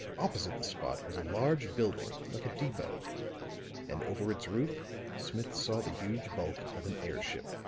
opposite the spot was a large building, like a depot and over its roof smith saw the huge bulk of an airship.